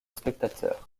spectateurs